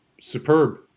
superb